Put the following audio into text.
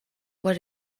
what